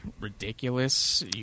ridiculous